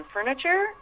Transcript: Furniture